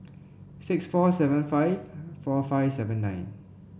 six four seven five four five seven nine